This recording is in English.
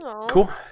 cool